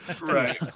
Right